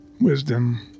wisdom